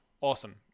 awesome